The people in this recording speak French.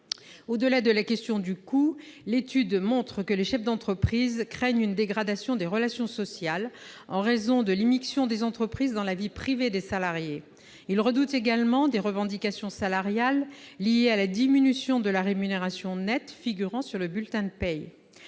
Au-delà de la question du coût, l'étude montre que les chefs d'entreprise craignent une dégradation des relations sociales, en raison de l'immixtion des entreprises dans la vie privée des salariés. Ils redoutent également l'apparition de revendications salariales liées à la diminution de la rémunération nette figurant sur le bulletin de paie.